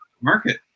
Market